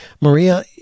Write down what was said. Maria